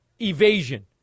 evasion